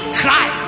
cry